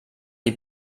die